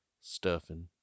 Stuffing